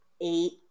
eight